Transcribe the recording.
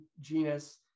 genus